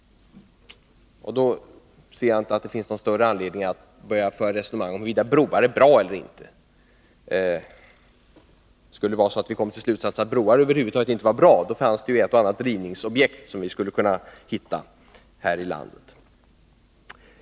Därför finns det inte anledning att ge sig in på något större resonemang om huruvida broar är bra eller inte. Skulle vi komma till slutsatsen att broar över huvud taget inte är bra finns det ju ett och annat rivningsobjekt här i landet!